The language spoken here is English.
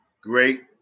great